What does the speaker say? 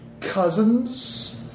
cousins